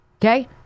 Okay